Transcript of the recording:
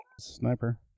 Sniper